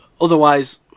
Otherwise